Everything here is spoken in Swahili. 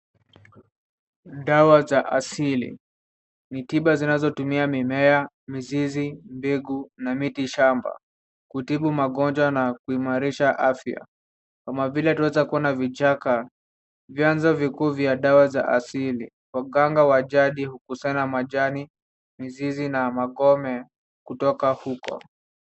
Dawa za asili. Ni tiba zinazotumia mimea, mizizi mbegu na miti shamba kutibu magonjwa na kuimarisha afya, kama vile tunaweza kuona vichaka, vyanzo vikuu vya dawa za asili. Waganga wajadi hukusanya majani, mizizi na makome kutoka huko.